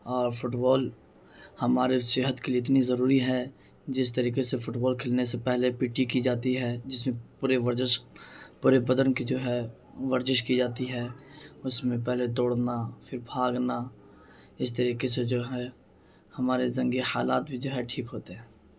اور football ہمارے صحت کے لیے اتنی ضروری ہے جس طریقے سے فٹ بال کھیلنے سے پہلے پی ٹی کی جاتی ہے جس میں پورے ورزش پورے بدن کی جو ہے ورزش کی جاتی ہے اس میں پہلے دوڑنا پھر بھاگنا اسی طریقے سے جو ہے ہمارے زنگ کے حالات بھی جو ہے ٹھیک ہوتے ہیں